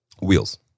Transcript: Wheels